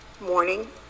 morning